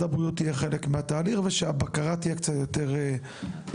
הבריאות יהיה חלק מהתהליך ושהבקרה הבאה תהיה קצת יותר מדוקדקת.